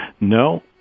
No